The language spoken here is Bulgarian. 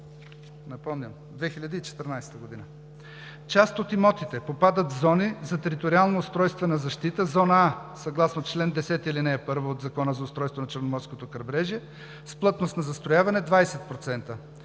Напомням – 2014 г. Част от имотите попадат в зони за Териториално-устройствена защита Зона А съгласно чл. 10, ал. 1 от Закона за устройство на Черноморското крайбрежие, с плътност на застрояване 20%,